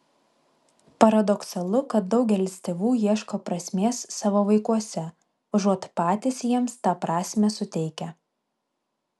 paradoksalu kad daugelis tėvų ieško prasmės savo vaikuose užuot patys jiems tą prasmę suteikę